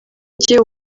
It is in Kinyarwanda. agiye